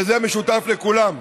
שזה משותף לכולם,